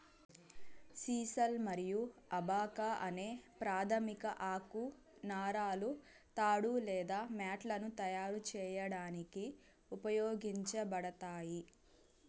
sisal మరియు abaca అనే ప్రాధమిక ఆకు నారలు తాడు లేదా మ్యాట్లను తయారు చేయడానికి ఉపయోగించబడతాయి